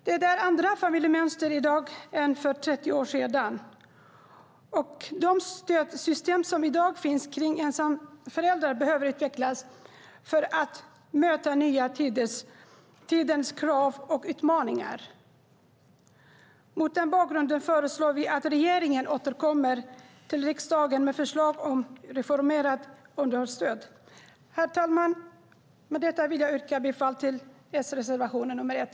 Det är andra familjemönster i dag än för 30 år sedan, och de stödsystem som i dag finns kring ensamföräldrar behöver utvecklas för att möta nya tiders krav och utmaningar. Mot den bakgrunden föreslår vi att regeringen återkommer till riksdagen med förslag om ett reformerat underhållsstöd. Herr talman! Med detta yrkar jag bifall till S-reservation 1.